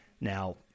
Now